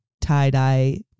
tie-dye